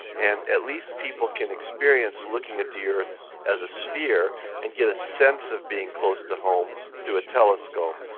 and at least people can experience looking at the earth as a sphere and get a sense of being close to home through a telescope.